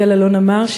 יגאל אלון אמר,